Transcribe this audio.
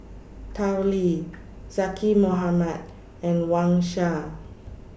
Tao Li Zaqy Mohamad and Wang Sha